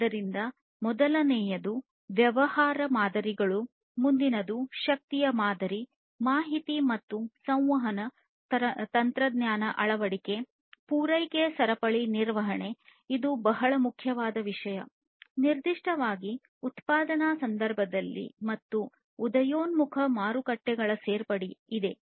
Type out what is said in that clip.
ಆದ್ದರಿಂದ ಮೊದಲನೆಯದು ವ್ಯವಹಾರ ಮಾದರಿಗಳು ಮುಂದಿನದು ಶಕ್ತಿಯ ಬೆಲೆ ಮಾಹಿತಿ ಮತ್ತು ಸಂವಹನ ತಂತ್ರಜ್ಞಾನ ಅಳವಡಿಕೆ ಪೂರೈಕೆ ಸರಪಳಿ ನಿರ್ವಹಣೆ ಇದು ಬಹಳ ಮುಖ್ಯವಾದ ವಿಷಯ ನಿರ್ದಿಷ್ಟವಾಗಿ ಉತ್ಪಾದನಾ ಸಂದರ್ಭದಲ್ಲಿ ಮತ್ತು ಉದಯೋನ್ಮುಖ ಮಾರುಕಟ್ಟೆಗಳ ಸೇರ್ಪಡೆ ಇದೆ